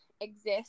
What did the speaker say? exist